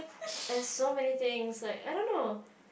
there is so many things like I don't know